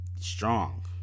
strong